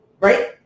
right